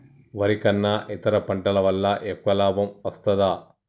వరి కన్నా ఇతర పంటల వల్ల ఎక్కువ లాభం వస్తదా?